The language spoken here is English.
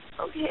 Okay